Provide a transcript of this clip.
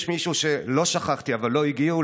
יש מישהו שלא שכחתי אבל לא הגיעו,